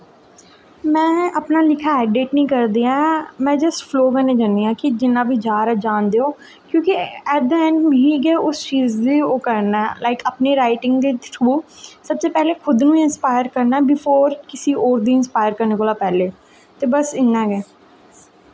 में अपना लिखा दा ऐडिट निं करदी ऐ में जिस फ्लो कन्नै करनी आं जियां जा दा जाना देओ क्योंकि एट दी ऐंड मिगी गै उस चीज़ गी ओह् करना ऐ लाइक अपनी राइटिंग दे थ्रू सबतो पैह्लें खुद नू इंस्पायर करना बिफोर किसे होर गी इंसपायर करने कोला दा पैह्लें ते बस इन्ना गै